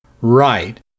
Right